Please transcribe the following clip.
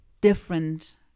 different